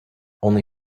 only